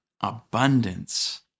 abundance